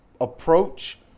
approach